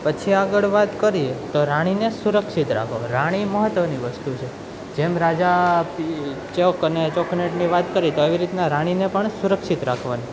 પછી આગળ વાત કરીએ તો રાણીને સુરક્ષિત રાખો રાણી મહત્ત્વની વસ્તુ છે જેમ રાજા ચોક અને ચેકમેટની વાત કરી તો એવી રીતના રાણીને પણ સુરક્ષિત રાખવાની